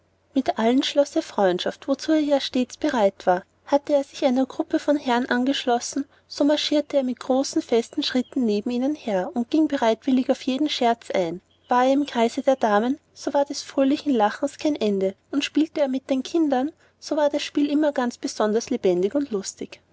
mit allen schloß er freundschaft wozu er ja stets bereit war hatte er sich einer gruppe von herren angeschlossen so marschierte er mit großen festen schritten neben ihnen her und ging bereitwillig auf jeden scherz ein war er im kreise der damen so war des fröhlichen lachens kein ende und spielte er mit den kindern so war das spiel immer ganz besonders lebendig und lustig